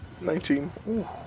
Nineteen